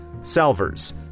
Salvers